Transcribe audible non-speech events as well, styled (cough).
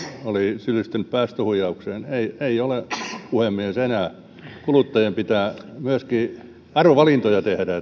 oli syyllistynyt päästöhuijaukseen ei ole puhemies enää kuluttajien pitää myöskin arvovalintoja tehdä (unintelligible)